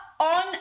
on